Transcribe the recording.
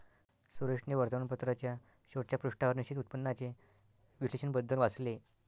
सुरेशने वर्तमानपत्राच्या शेवटच्या पृष्ठावर निश्चित उत्पन्नाचे विश्लेषण बद्दल वाचले